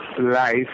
life